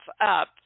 up